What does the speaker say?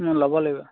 ল'ব লাগিব